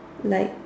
like